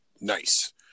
Nice